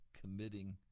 committing